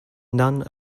none